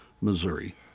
Missouri